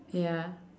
ya